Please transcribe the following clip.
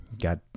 got